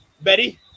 Betty